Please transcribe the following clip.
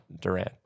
Durant